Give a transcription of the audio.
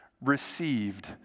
received